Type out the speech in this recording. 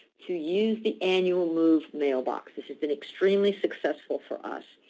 to use the annual move mailbox. this has been extremely successful for us.